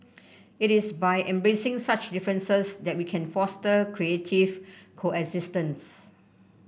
it is by embracing such differences that we can foster creative coexistence